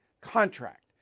contract